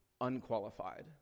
unqualified